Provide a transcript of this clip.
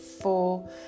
four